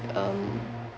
um